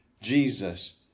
Jesus